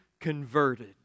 converted